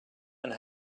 and